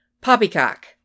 poppycock